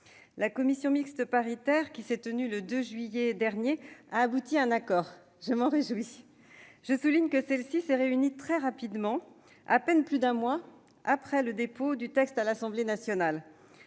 La commission mixte paritaire, qui s'est tenue le 2 juillet dernier, a abouti à un accord. Je m'en réjouis. Je souligne que celle-ci s'est réunie très rapidement, à peine plus d'un mois après le dépôt du texte à l'Assemblée nationale.